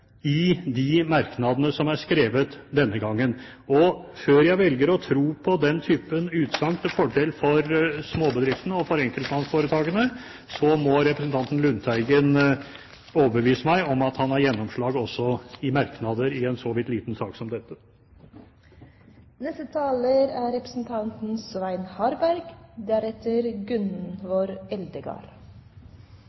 i de merknadene som er skrevet denne gangen. Før jeg velger å tro på den typen utsagn til fordel for småbedriftene og enkeltmannsforetakene, må representanten Lundteigen overbevise meg om at han har gjennomslag også i merknader i en så vidt liten sak som dette. Det har vært sagt flere ganger her i dag og understreket at enkeltmannsforetak er